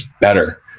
better